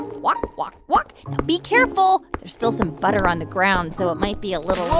walk, walk, walk be careful. there's still some butter on the ground, so it might be a little.